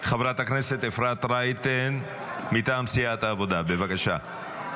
חברת הכנסת אפרת רייטן מטעם סיעת העבודה, בבקשה.